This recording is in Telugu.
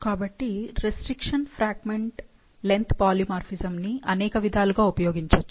కాబట్టి రెస్ట్రిక్షన్ ఫ్రాగ్మెంట్ లెంగ్త్ పాలిమార్ఫిజమ్ ని అనేక విధాలుగా ఉపయోగించచ్చు